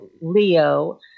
Leo